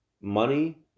money